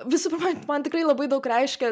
visų pirma man tikrai labai daug reiškia